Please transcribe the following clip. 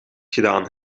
gedaan